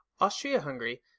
Austria-Hungary